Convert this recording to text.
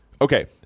Okay